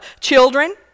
children